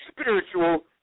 spiritual